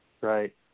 right